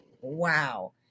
wow